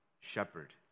shepherd